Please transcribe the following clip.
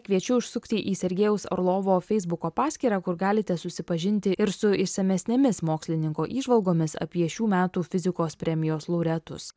kviečiu užsukti į sergejaus orlovo feisbuko paskyrą kur galite susipažinti ir su išsamesnėmis mokslininkų įžvalgomis apie šių metų fizikos premijos laureatus